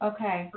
Okay